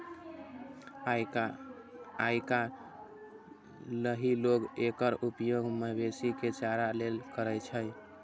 आइकाल्हि लोग एकर उपयोग मवेशी के चारा लेल करै छै